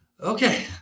Okay